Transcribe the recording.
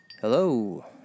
Hello